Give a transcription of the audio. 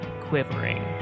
quivering